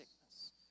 sickness